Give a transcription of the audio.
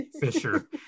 Fisher